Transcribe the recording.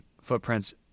footprints